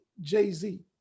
Jay-Z